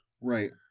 Right